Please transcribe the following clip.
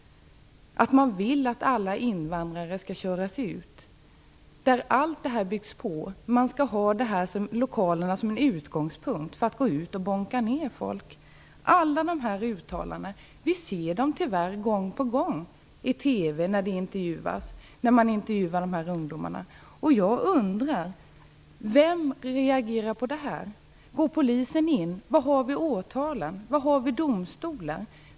De vill att alla invandrare skall köras ut. Allt detta byggs på. De skall ha dessa lokaler som en utgångspunkt för att gå ut och slå ner folk. Alla dessa uttalanden hör vi tyvärr gång på gång i TV när dessa ungdomar intervjuas. Jag undrar: Vem reagerar mot detta? Griper polisen in? Var har vi åtalen, och var finns domstolarna?